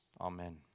Amen